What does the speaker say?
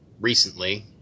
recently